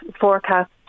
forecast